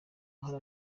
hari